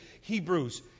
Hebrews